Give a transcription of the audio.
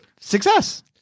Success